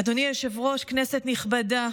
אדוני היושב-ראש, כנסת נכבדה,